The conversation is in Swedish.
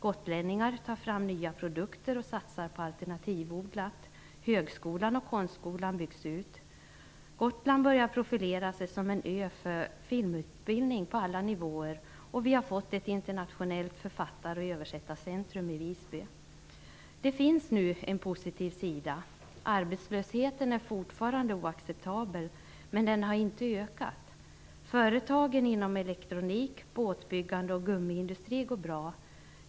Gotlänningar tar fram nya produkter och satsar på alternativodling. Högskolan och konstskolan byggs ut. Gotland börjar profilera sig som en ö för filmutbildning på alla nivåer, och vi har fått ett internationellt författar och översättarcentrum i Visby. Det finns en positiv sida. Arbetslösheten är fortfarande oacceptabel, men den har inte ökat. De företag som sysslar med elektronik och båtbyggande samt företagen inom gummiindustrin går bra.